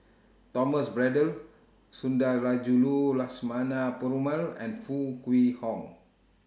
Thomas Braddell Sundarajulu Lakshmana Perumal and Foo Kwee Horng